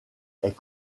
est